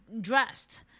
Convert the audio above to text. dressed